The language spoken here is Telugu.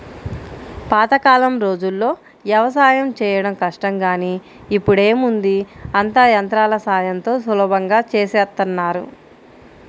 పాతకాలం రోజుల్లో యవసాయం చేయడం కష్టం గానీ ఇప్పుడేముంది అంతా యంత్రాల సాయంతో సులభంగా చేసేత్తన్నారు